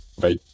Bye